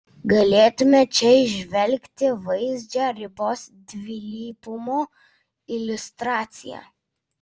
galėtume čia įžvelgti vaizdžią ribos dvilypumo iliustraciją